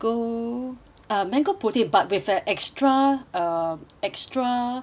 ah mango pudding but with an extra um extra